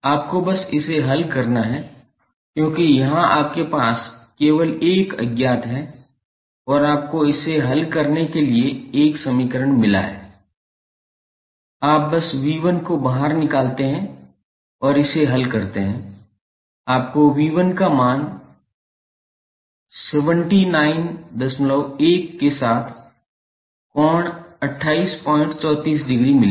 आपको बस इसे हल करना है क्योंकि यहां आपके पास केवल 1 अज्ञात है और आपको इसे हल करने के लिए एक समीकरण मिला है आप बस V1 को बाहर निकालते हैं और इसे हल करते हैं आपको V1 का मान 791 के साथ कोण 2834 डिग्री मिलेगा